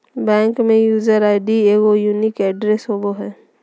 bank में user ID एगो unique address होबो हइ